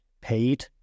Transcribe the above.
paid